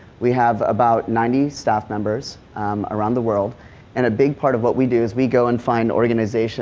we have about ninety staff members around the world and a big part of what we do is we go and find organizations